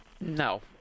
No